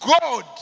God